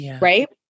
right